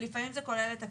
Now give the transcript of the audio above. ולפעמים זה כולל את הקטינים.